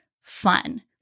fun